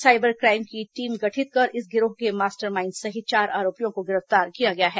cyber crime की team गठित कर इस गिरोह के मास्टरमाइंड सहित चार आरोपियों को गिरफ्तार किया गया है